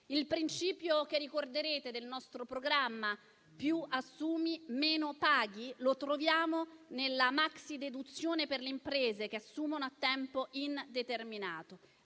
Il principio che ricorderete del nostro programma per cui più assumi e meno paghi lo troviamo nella maxi deduzione per le imprese che assumono a tempo indeterminato.